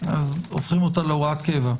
הופכים אותה להוראת קבע.